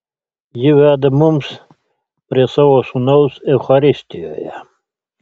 ji veda mums prie savo sūnaus eucharistijoje